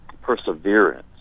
perseverance